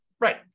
right